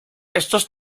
éstos